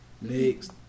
next